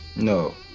no.